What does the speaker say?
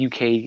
UK